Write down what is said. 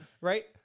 right